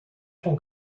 com